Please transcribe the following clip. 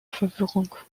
verwirrung